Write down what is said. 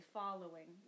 following